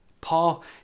Paul